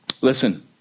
Listen